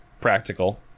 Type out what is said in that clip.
practical